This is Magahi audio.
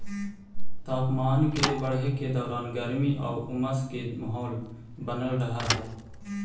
तापमान के बढ़े के दौरान गर्मी आउ उमस के माहौल बनल रहऽ हइ